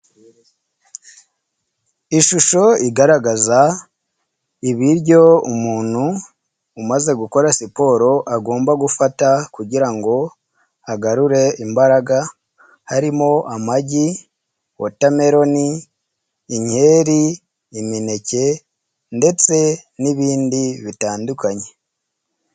Ishusho igaragaza ibiryo umuntu umaze gukora siporo agomba gufata kugira ngo agarure imbaraga, harimo: amagi, wotameroni, inkeri, imineke ndetse n'ibindi bitandukanye.